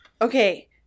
Okay